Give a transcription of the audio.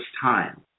time